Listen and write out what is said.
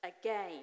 again